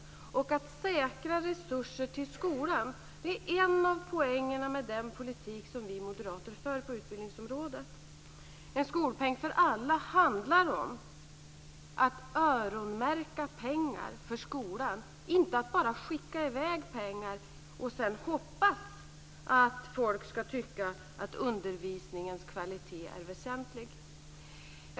Detta med att säkra resurser till skolan är en av poängerna med den politik som vi moderater för på utbildningsområdet. En skolpeng för alla handlar om att öronmärka pengar för skolan, inte bara om att skicka i väg pengar och sedan hoppas att folk skall tycka att undervisningens kvalitet är väsentlig.